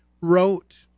wrote